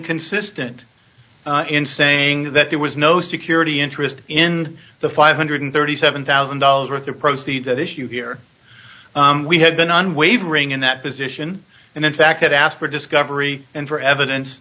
consistent in saying that there was no security interest in the five hundred and thirty seven thousand dollars worth of proceed to this you hear we have been unwavering in that position and in fact had asked for discovery and for evidence